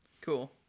Cool